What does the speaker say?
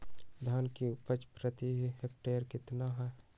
धान की उपज प्रति हेक्टेयर कितना है?